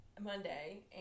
Monday